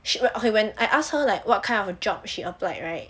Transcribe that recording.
she okay when I ask her like what kind of job she applied right